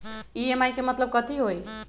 EMI के मतलब कथी होई?